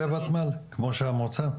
כמו שהמועצה?